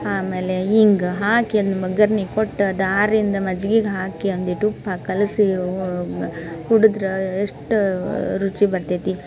ಆಮೇಲೆ ಇಂಗು ಹಾಕಿ ಅದನ್ನು ಒಗ್ಗರ್ಣೆ ಕೊಟ್ಟು ಅದು ಆರಿಂದ ಮಜ್ಗೆಗೆ ಹಾಕಿ ಒಂದಿಷ್ಟ್ ಉಪ್ಹಾಕಿ ಕಲಸಿ ಓ ಕುಡಿದ್ರೆ ಅಷ್ಟು ರುಚಿ ಬರ್ತದೆ